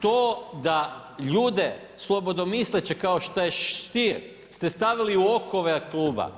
To da ljude slobodomisleće kao što je Stier ste stavili u okove Kluba.